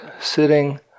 sitting